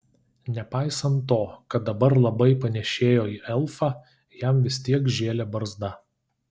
nepaisant to kad dabar labai panėšėjo į elfą jam vis tiek žėlė barzda